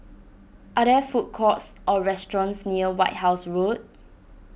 are there food courts or restaurants near White House Road